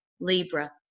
Libra